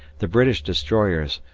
the british destroyers,